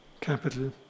capital